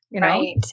Right